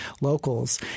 locals